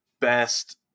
best